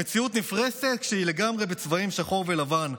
המציאות נפרסת כשהיא לגמרי בצבעים שחור ולבן,